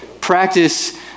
practice